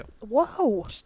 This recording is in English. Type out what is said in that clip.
Whoa